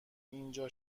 اینجا